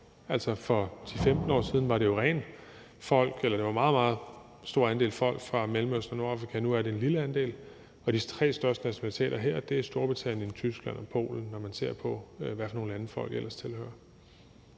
For 10-15 år siden var det jo en meget, meget stor andel af folk fra Mellemøsten og Nordafrika, og nu er det en lille andel, og de tre største nationaliteter her er Storbritannien, Tyskland og Polen, når man ser på, hvad for nogle lande folk ellers tilhører.